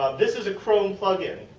this is a chrome plug-in.